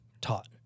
taught